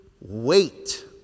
wait